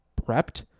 prepped